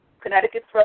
Connecticut's